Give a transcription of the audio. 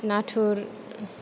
नाथुर